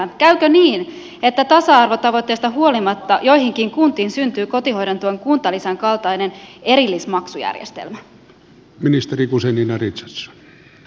käykö niin että tasa arvotavoitteesta huolimatta joihinkin kuntiin syntyy kotihoidon tuen kuntalisän kaltainen erillismaksujärjestelmä